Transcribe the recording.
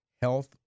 health